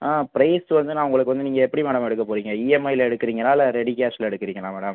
ஆ price வந்து நான் உங்களுக்கு வந்து நீங்கள் எப்படி மேடம் எடுக்கப்போறீங்க இஎம்ஐல எடுக்குறீங்களா இல்லை ரெடி கேஷ்ல எடுக்குறீங்களா மேடம்